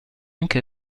anche